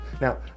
Now